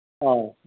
ꯑꯧ